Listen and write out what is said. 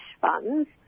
funds